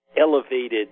elevated